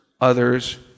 others